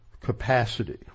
capacity